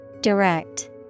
Direct